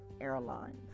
Airlines